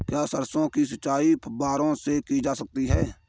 क्या सरसों की सिंचाई फुब्बारों से की जा सकती है?